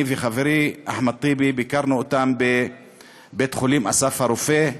אני וחברי אחמד טיבי ביקרנו אותם בבית-החולים "אסף הרופא",